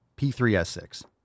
P3S6